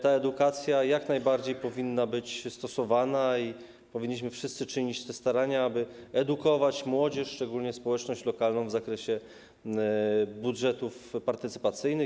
Ta edukacja jak najbardziej powinna być stosowana i powinniśmy wszyscy czynić starania, aby edukować młodzież, szczególnie społeczność lokalną, w zakresie budżetów partycypacyjnych.